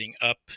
up